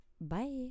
bye